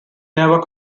never